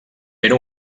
era